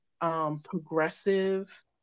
progressive